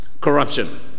Corruption